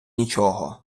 нічого